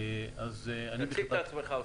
בבקשה.